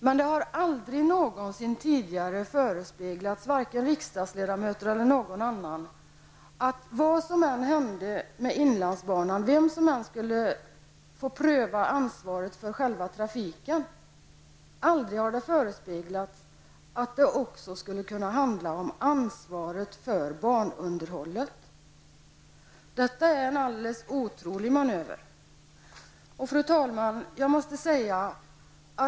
Men det har aldrig tidigare förespeglats för vare sig riksdagsledamöter eller någon annan att vad som än händer med inlandsbanan, vem som än får pröva ansvaret för själva trafiken, att det också skulle handla om ansvaret för banunderhållet. Det är en alldeles otrolig manöver. Fru talman!